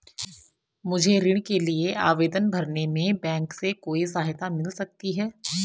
मुझे ऋण के लिए आवेदन भरने में बैंक से कोई सहायता मिल सकती है?